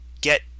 get